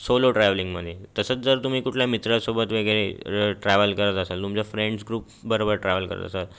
solo ट्रॅव्हलिंगमध्ये तसंच जर तुम्ही कुठल्या मित्रासोबत वगैरे ट्रॅव्हल करत असाल तुमच्या फ्रेंड्स ग्रुपबरोबर ट्रॅव्हल करत असाल